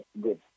good